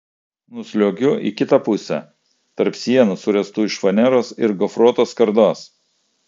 nusliuogiu į kitą pusę tarp sienų suręstų iš faneros ir gofruotos skardos